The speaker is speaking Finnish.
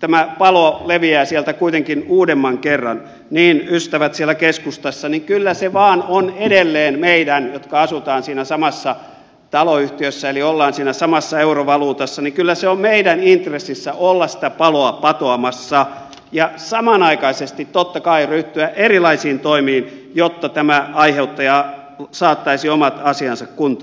tämä palo leviää sieltä kuitenkin uudemman kerran niin ystävät siellä keskustassa kyllä se vaan on edelleen meidän jotka asumme siinä samassa taloyhtiössä eli olemme siinä samassa eurovaluutassa intressissämme olla sitä paloa patoamassa ja samanaikaisesti totta kai ryhtyä erilaisiin toimiin jotta tämä aiheuttaja saattaisi omat asiansa kuntoon